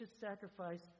sacrifice